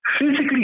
physically